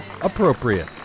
appropriate